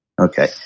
Okay